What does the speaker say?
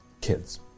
kids